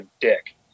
dick